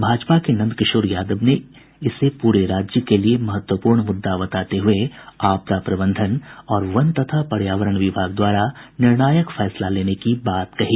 भाजपा के नंद किशोर यादव ने इसे पूरे राज्य के लिये महत्वपूर्ण मुद्दा बताते हुए आपदा प्रबंधन और वन तथा पर्यावरण विभाग द्वारा निर्णायक फैसला लेने की बात कही